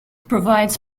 provides